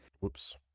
Whoops